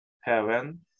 Heaven